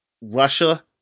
Russia